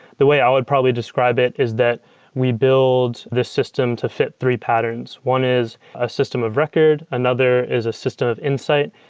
the way i would probably describe it is that we build the system to fit three patterns. one is a system of record. another is a system of insight,